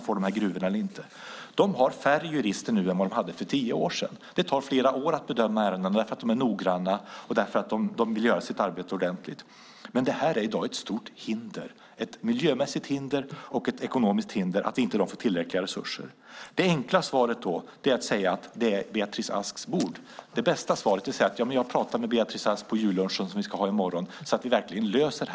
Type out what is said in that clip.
De har nu färre jurister än för tio år sedan. Det tar flera år att bedöma ärenden därför att de är noggranna och vill göra sitt arbete ordentligt. Det är i dag ett stort hinder - ett miljömässigt hinder och ett ekonomiskt hinder - att de inte får tillräckliga resurser. Det enkla svaret är att säga att det här är Beatrice Asks bord. Det bästa svaret för miljöministern är att säga att han ska prata med Beatrice Ask på jullunchen i morgon och komma fram till en lösning.